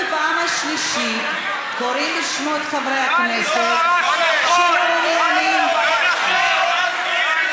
בפעם השנייה מקריאים את שמות חברי הכנסת שלא נכחו באולם,